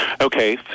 Okay